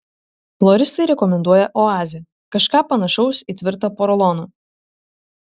floristai rekomenduoja oazę kažką panašaus į tvirtą poroloną